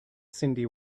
cyndi